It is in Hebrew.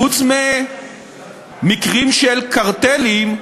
חוץ ממקרים של קרטלים,